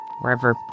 wherever